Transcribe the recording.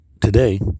Today